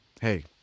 hey